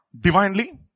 Divinely